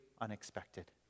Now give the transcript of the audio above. unexpected